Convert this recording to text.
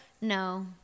no